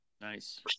Nice